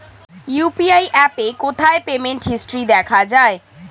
UPI অ্যাপে কোথায় payment history দেখা যায়?